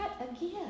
again